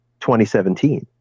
2017